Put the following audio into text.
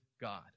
God